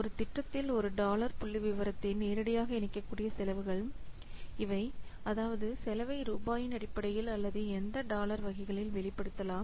ஒரு திட்டத்தில் ஒரு டாலர் புள்ளிவிவரத்தை நேரடியாக இணைக்கக்கூடிய செலவுகள் இவை அதாவது செலவை ரூபாயின் அடிப்படையில் அல்லது எந்த டாலர் வகைகளில் வெளிப்படுத்தலாம்